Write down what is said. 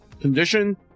condition